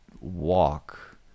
walk